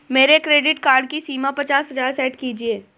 मेरे credit card की सीमा पचास हजार सेट कीजिए